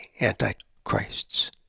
antichrists